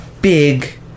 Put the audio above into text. big